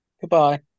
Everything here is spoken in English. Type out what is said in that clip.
Goodbye